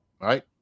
right